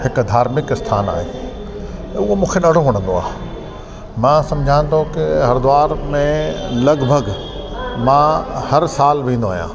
हिकु धार्मिक स्थानु आहे हूअ मूंखे ॾाढो वणंदो आहे मां सम्झा थो की हरिद्वार में लॻभॻि मां हर साल वेंदो आहियां